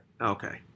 Okay